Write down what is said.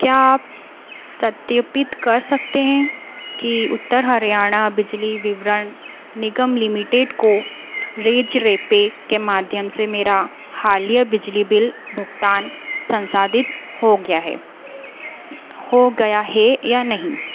क्या आप सत्यपित कर सकते हैं कि उत्तर हरियाणा बिजली विवरण निगम लिमिटेड को रेजरपे के माध्यम से मेरा हालिया बिजली बिल भुगतान संसाधित हो गया है हो गया है या नहीं